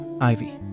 Ivy